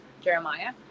Jeremiah